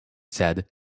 said